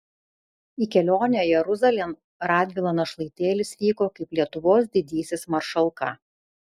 į kelionę jeruzalėn radvila našlaitėlis vyko kaip lietuvos didysis maršalka